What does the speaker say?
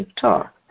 talk